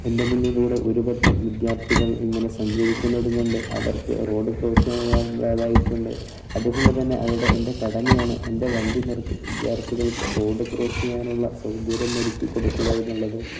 എൻ്റെ മുന്നിലൂടെ ഒരുപറ്റം വിദ്യാർത്ഥികൾ ഇങ്ങനെ സഞ്ചരിക്കുന്നതുകണ്ട് അവർക്ക് റോഡ് ക്രോസ് ചെയ്യേണ്ടതായിട്ടുണ്ട് അതുകൊണ്ടുതന്നെ അവിടെ എൻ്റെ കടമയാണ് എൻ്റെ വണ്ടി നിർത്തി വിദ്യാർത്ഥികൾക്ക് റോഡ് ക്രോസ് ചെയ്യാനുള്ള സൗകര്യം ഒരുക്കി കൊടുക്കുക എന്നുള്ളത്